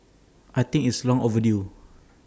I think it's long overdue